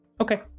Okay